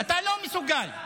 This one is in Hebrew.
כאילו שזה תלוי בממשלה.